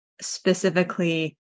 specifically